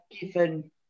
given